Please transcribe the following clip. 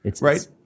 Right